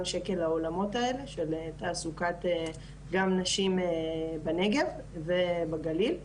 שקל לעולמות האלה של תעסוקת גם נשים בנגב ובגליל.